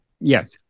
yes